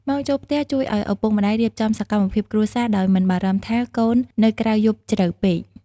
ម៉ោងចូលផ្ទះជួយឱ្យឪពុកម្តាយរៀបចំសកម្មភាពគ្រួសារដោយមិនបារម្ភថាកូននៅក្រៅយប់ជ្រៅពេក។